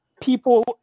people